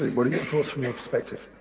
what are your thoughts from your perspective?